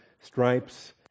Stripes